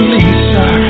Lisa